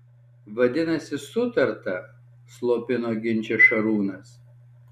vadinasi sutarta slopino ginčą šarūnas